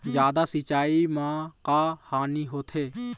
जादा सिचाई म का हानी होथे?